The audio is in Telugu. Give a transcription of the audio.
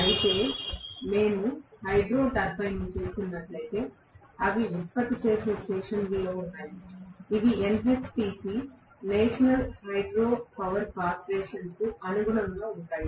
అయితే మేము హైడ్రో టర్బైన్ను చూస్తున్నట్లయితే అవి ఉత్పత్తి చేసే స్టేషన్లలో ఉన్నాయి ఇవి NHPC నేషనల్ హైడ్రో పవర్ కార్పొరేషన్కు అనుగుణంగా ఉంటాయి